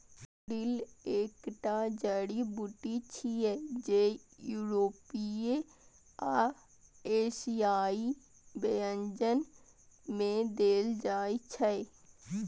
dill एकटा जड़ी बूटी छियै, जे यूरोपीय आ एशियाई व्यंजन मे देल जाइ छै